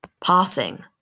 Passing